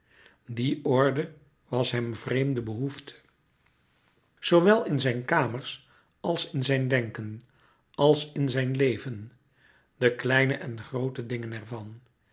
die orde was hem vreemde behoefte zoowel in zijn kamer als in zijn denken als in zijn leven de kleine en groote dingen ervan